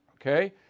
Okay